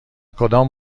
کدام